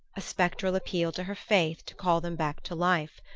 a spectral appeal to her faith to call them back to life.